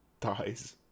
dies